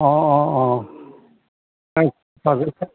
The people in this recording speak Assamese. অ অ অ